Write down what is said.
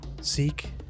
seek